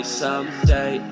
someday